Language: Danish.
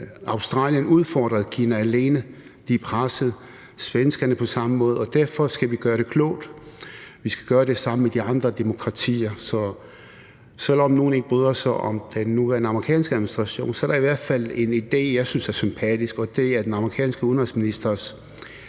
Australien udfordrede Kina alene. De er pressede. Det er på samme måde med svenskerne, og derfor skal vi gøre det klogt. Vi skal gøre det sammen med de andre demokratier. Selv om nogle ikke bryder sig om den nuværende amerikanske administration, er der i hvert fald en idé, som jeg synes er sympatisk, og det er den amerikanske udenrigsministers